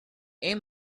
aim